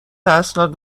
اسناد